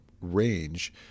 range